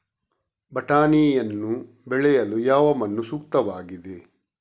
ಬಟಾಣಿಯನ್ನು ಬೆಳೆಯಲು ಯಾವ ಮಣ್ಣು ಸೂಕ್ತವಾಗಿದೆ?